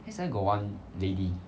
then suddenly got one lady